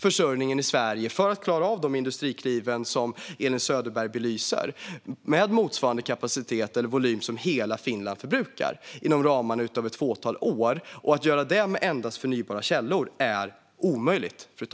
För att klara av de industrikliv Elin Söderberg belyser behöver vi inom ett fåtal år bygga ut elförsörjningen i Sverige med motsvarande volym som hela Finland förbrukar. Att göra det med endast förnybara källor är omöjligt.